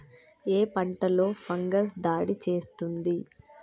ఏ పంటలో ఫంగస్ దాడి చేస్తుంది?